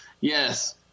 Yes